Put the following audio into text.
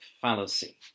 fallacy